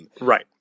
Right